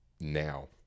now